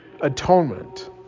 atonement